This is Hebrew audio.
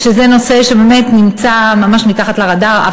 שזה נושא שבאמת נמצא ממש מתחת לרדאר.